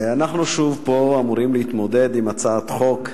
אנחנו שוב אמורים פה להתמודד עם הצעת חוק,